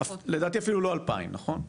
לדעתי, אפילו לא אלפיים, נכון?